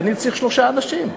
כי אני צריך שלושה אנשים.